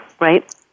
right